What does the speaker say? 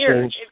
change